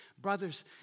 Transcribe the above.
Brothers